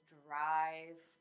drive